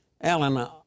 Alan